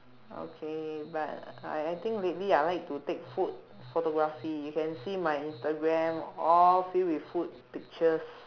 okay but I I think lately I like to take food photography you can see my instagram all filled with food pictures